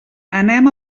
anem